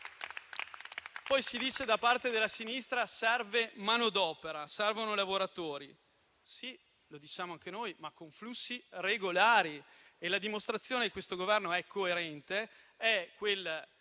Si dice anche, da parte della sinistra, che serve manodopera, che servono lavoratori. Lo diciamo anche noi, ma con flussi regolari e la dimostrazione che questo Governo è coerente è quel